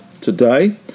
today